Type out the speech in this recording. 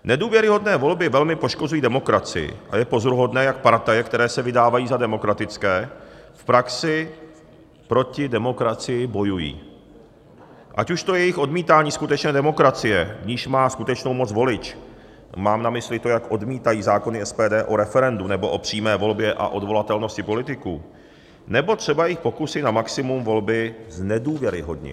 Nedůvěryhodné volby velmi poškozují demokracii a je pozoruhodné, jak partaje, které se vydávají za demokratické, v praxi proti demokracii bojují, ať už to je jejich odmítání skutečné demokracie, v níž má skutečnou moc volič, mám na mysli to, jak odmítají zákony SPD o referendu nebo o přímé volbě a odvolatelnosti politiků, nebo třeba jejich pokusy na maximum volby znedůvěryhodnit.